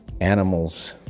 animals